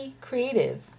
Creative